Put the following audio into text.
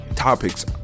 Topics